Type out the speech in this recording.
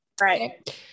Right